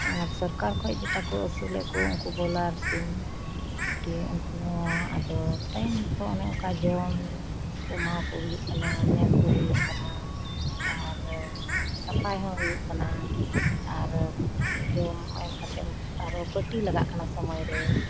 ᱟᱨ ᱥᱚᱨᱠᱟᱨ ᱠᱷᱚᱡ ᱡᱮᱴᱟ ᱠᱚ ᱟᱹᱥᱩᱞᱮᱫ ᱠᱚ ᱩᱝᱠᱚ ᱵᱚᱭᱞᱟᱨ ᱥᱤᱢ ᱯᱩᱞᱴᱤ ᱩᱱᱠᱩᱦᱚᱸ ᱟᱫᱚ ᱴᱟᱭᱤᱢ ᱢᱚᱛᱚ ᱚᱱᱮ ᱚᱱᱠᱟ ᱡᱚᱢ ᱠᱚ ᱮᱢᱟᱣᱠᱚ ᱦᱩᱭᱩᱜ ᱠᱟᱱᱟ ᱧᱮᱞᱠᱚ ᱦᱩᱭᱩᱜ ᱠᱟᱱᱟ ᱟᱨ ᱥᱟᱯᱟᱭ ᱦᱚᱸ ᱦᱩᱭᱩᱜ ᱠᱟᱱᱟ ᱟᱨ ᱡᱚᱢ ᱮᱢ ᱠᱟᱛᱮᱫ ᱟᱨᱚ ᱯᱟᱹᱴᱤ ᱞᱟᱜᱟᱜ ᱠᱟᱱᱟ ᱥᱚᱢᱚᱭᱨᱮ